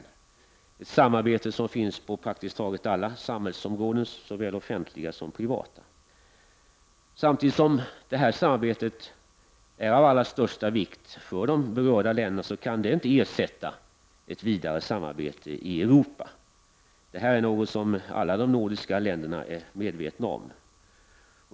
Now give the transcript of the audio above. Detta samarbete finns på praktiskt taget alla samhällsområden, såväl offentliga som privata. Samtidigt som detta samarbete är av allra största vikt för de berörda länderna, så kan det inte ersätta ett vidare samarbete i Europa. Detta är något som alla de nordiska länderna är medvetna om.